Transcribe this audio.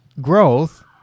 growth